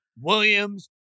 Williams